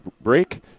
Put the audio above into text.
break